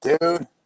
Dude